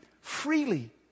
freely